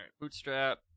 bootstrap